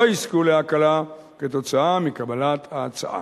לא יזכו להקלה כתוצאה מקבלת ההצעה.